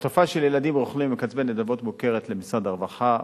התופעה של ילדים רוכלים ומקבצי נדבות מוכרת למשרד הרווחה,